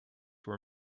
were